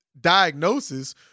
diagnosis